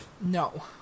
No